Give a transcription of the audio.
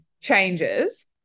changes